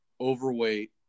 overweight